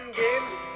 games